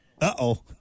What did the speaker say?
Uh-oh